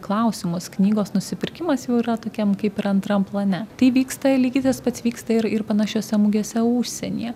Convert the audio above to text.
klausimus knygos nusipirkimas jau yra tokiam kaip ir antram plane tai vyksta lygiai tas pats vyksta ir ir panašiose mugėse užsienyje